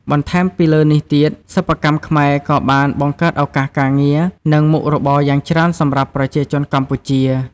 បន្ថែមពីលើនេះទៀត សិប្បកម្មខ្មែរក៏បានបង្កើតឱកាសការងារ និងមុខរបរយ៉ាងច្រើនសម្រាប់ប្រជាជនកម្ពុជា។